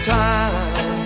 time